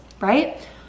right